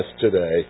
today